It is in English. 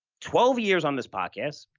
twelve years on this podcast,